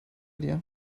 dir